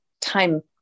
time